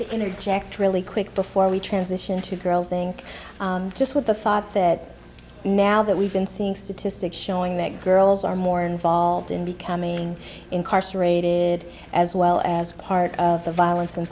act really quick before we transition to girls inc just with the thought that now that we've been seeing statistics showing that girls are more involved in becoming incarcerated as well as part of the violence in